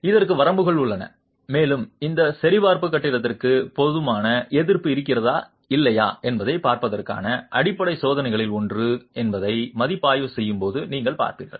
இதற்கு வரம்புகள் உள்ளன மேலும் இந்தச் சரிபார்ப்பு கட்டிடத்திற்கு போதுமான எதிர்ப்பு இருக்கிறதா இல்லையா என்பதைப் பார்ப்பதற்கான அடிப்படை சோதனைகளில் ஒன்று என்பதை மதிப்பாய்வு செய்யும்போது நீங்கள் பார்ப்பீர்கள்